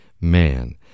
man